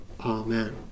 Amen